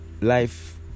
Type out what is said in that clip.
Life